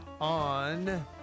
on